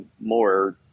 more